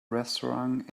restaurant